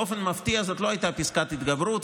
באופן מפתיע זאת לא הייתה פסקת התגברות,